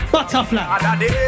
Butterfly